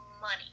money